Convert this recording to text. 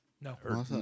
No